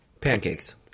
Pancakes